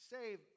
save